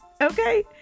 Okay